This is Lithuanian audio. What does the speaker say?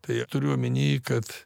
tai turiu omeny kad